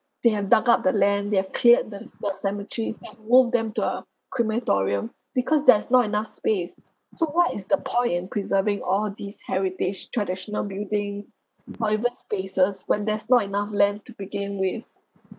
they have dug up the land they've cleared the slot cemeteries and moved them to a crematorium because there's not enough space so what is the point in preserving all these heritage traditional buildings or even spaces when there's not enough land to begin with